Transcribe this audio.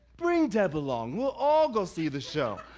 bring deb along, we'll all go see the show.